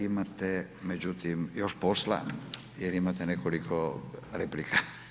Imate međutim još posla jer imate nekoliko replika.